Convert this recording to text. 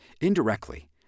Indirectly